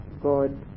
God